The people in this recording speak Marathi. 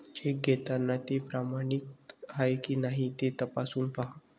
चेक घेताना ते प्रमाणित आहे की नाही ते तपासून पाहा